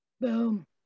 boom